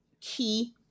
key